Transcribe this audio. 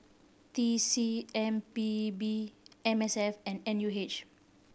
T C M P B M S F and N U H